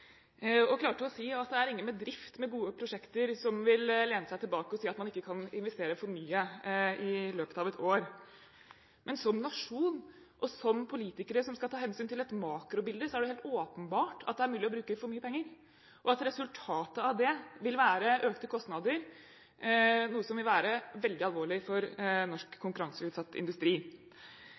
og klarte å si at det er ingen bedrift med gode prosjekter som vil lene seg tilbake og si at man ikke kan investere for mye i løpet av et år. Som nasjon og som politikere som skal ta hensyn til et makrobilde, er det helt åpenbart at det er mulig å bruke for mye penger, og at resultatet av det vil være økte kostnader, noe som vil være veldig alvorlig for norsk konkurranseutsatt industri.